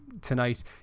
tonight